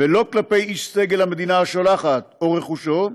ולא כלפי איש סגל המדינה השולחת או רכושו,